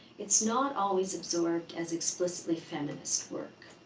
it's not always absorbed as explicitly feminist work.